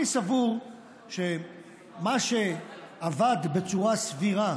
אני סבור שמה שעבד בצורה סבירה